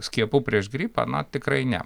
skiepu prieš gripą na tikrai ne